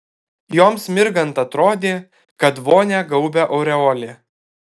joms mirgant atrodė kad vonią gaubia aureolė